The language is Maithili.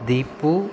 दीपू